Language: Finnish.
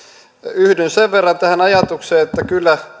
yhdyn sen verran tähän ajatukseen että kyllä